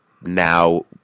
now